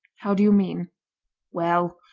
how do you mean well,